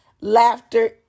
Laughter